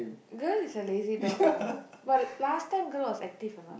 girl is a lazy dog lah but last time girl was active or not